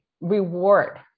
reward